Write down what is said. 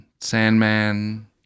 Sandman